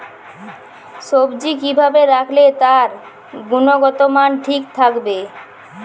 সবজি কি ভাবে রাখলে তার গুনগতমান ঠিক থাকবে?